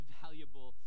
valuable